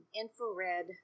infrared